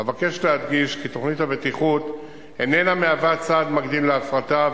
אבקש להדגיש כי תוכנית הבטיחות איננה מהווה צעד מקדים להפרטה,